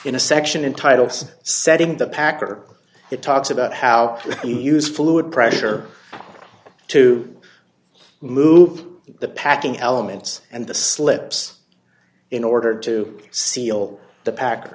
in a section in titles set in the packer it talks about how he used fluid pressure to move the packing elements and the slips in order to seal the pack